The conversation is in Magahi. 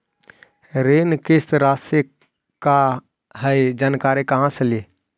ऋण किस्त रासि का हई जानकारी कहाँ से ली?